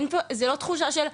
,זה לא תחושה של,